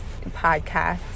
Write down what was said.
podcast